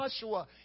Joshua